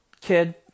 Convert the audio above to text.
kid